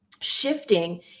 shifting